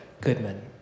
Goodman